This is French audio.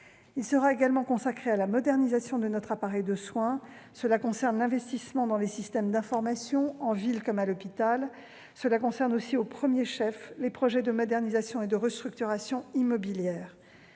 Il sera également consacré à la modernisation de notre appareil de soin. Cela concerne l'investissement dans les systèmes d'information, en ville comme à l'hôpital. Cela concerne aussi, au premier chef, les projets de modernisation et de restructuration immobilière.